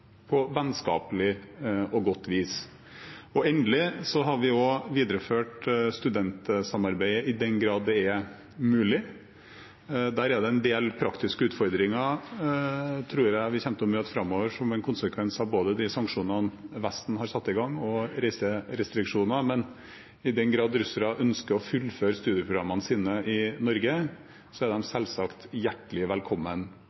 på vennskapelig og godt vis. Og endelig har vi også videreført studentsamarbeidet, i den grad det er mulig. Der tror jeg det er en del praktiske utfordringer vi kommer til å møte framover, som en konsekvens både av de sanksjonene som Vesten har satt i gang, og reiserestriksjoner. Men i den grad russere ønsker å fullføre studieprogrammene sine i Norge, er de selvsagt hjertelig velkommen